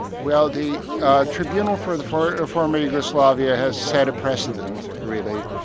well the tribunal for the former former yugoslavia has set a precedent really.